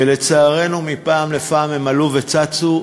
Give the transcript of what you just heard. ולצערנו מפעם לפעם הם עלו וצצו,